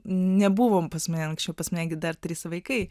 nebuvom pas mane anksčiau pas mane gi dar trys vaikai